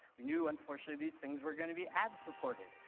we knew, unfortunately, these things were going to be ad supported,